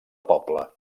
poble